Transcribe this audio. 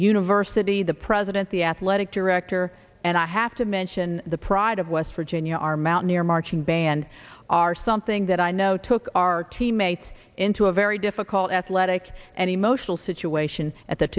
university the president the athletic director and i have to mention the pride of west virginia our mountaineer marching band are something that i know took our teammates into a very difficult athletic and emotional situation at th